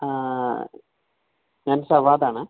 ആ ഞാൻ സവാദ് ആണ്